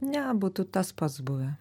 ne būtų tas pats buvę